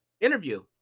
interview